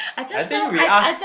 I think we ask